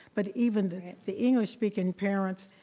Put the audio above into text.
but even the the english speaking parents,